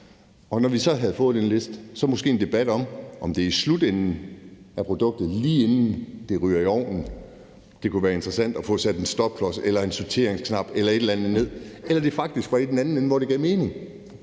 og når vi så havde fået den liste, så måske endebat om, om det er ved endestationen for produktet, altså lige inden det ryger i ovnen, at det kunne være interessant at få sat en stopklods, en sorteringsknap eller et eller andet på, eller om det faktisk var i den anden ende, at det gav mening,